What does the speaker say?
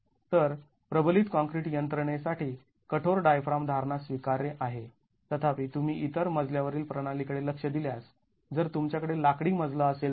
तर प्रबलित काँक्रीट यंत्रणेसाठी कठोर डायफ्राम धारणा स्वीकार्य आहे तथापि तुम्ही इतर मजल्या वरील प्रणाली कडे लक्ष दिल्यास जर तुमच्याकडे लाकडी मजला असेल तर